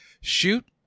shoot